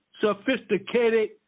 Sophisticated